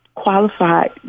qualified